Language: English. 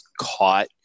caught